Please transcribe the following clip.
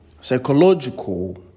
psychological